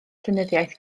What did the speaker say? llenyddiaeth